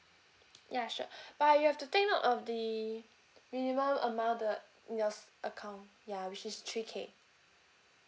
ya sure but you have to take note of the minimum amount the in your account ya which is three k